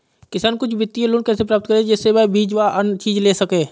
किसान कुछ वित्तीय लोन कैसे प्राप्त करें जिससे वह बीज व अन्य चीज ले सके?